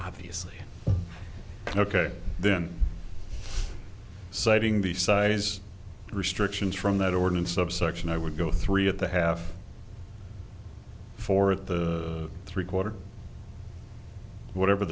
obviously ok then citing the size restrictions from that ordinance subsection i would go three at the half for the three quarter whatever